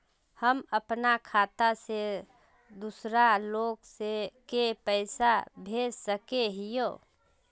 हम अपना खाता से दूसरा लोग के पैसा भेज सके हिये?